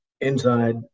inside